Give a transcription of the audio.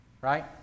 Right